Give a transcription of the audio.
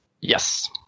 Yes